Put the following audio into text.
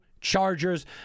chargers